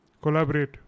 Collaborate